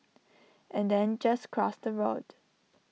and then just cross the road